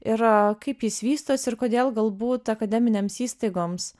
ir kaip jis vystosi ir kodėl galbūt akademinėms įstaigoms